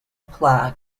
plaque